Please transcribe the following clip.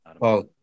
Paul